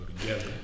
together